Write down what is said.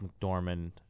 McDormand